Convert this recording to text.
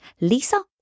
Lisa